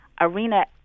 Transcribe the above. arena